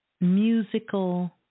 musical